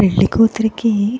పెళ్ళి కూతురికి